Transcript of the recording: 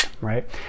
Right